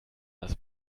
das